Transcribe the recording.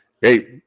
hey